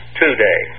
today